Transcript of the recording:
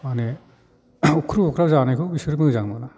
माने अख्रुब अख्राब जानायखौ बिसोर मोजां मोना